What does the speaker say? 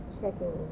checking